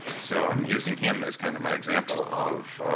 so i'm using him as kind of my example of